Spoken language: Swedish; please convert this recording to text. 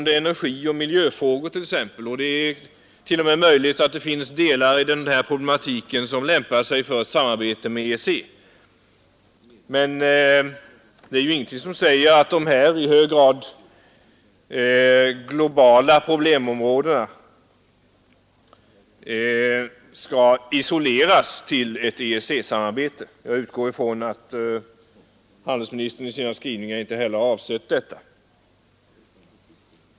Det är möjligt att det finns delar i energi och miljöpolitiken som lämpar sig för samarbete med EEC. Men det är ju ingenting som säger att dessa i hög grad globala problemområden skall isoleras till ett EEC-samarbete. Jag utgår ifrån att handelsministern i sina uttalanden inte heller har avsett detta.